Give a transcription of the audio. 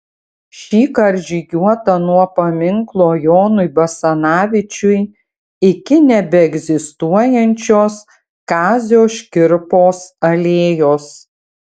šįkart žygiuota nuo paminklo jonui basanavičiui iki nebeegzistuojančios kazio škirpos alėjos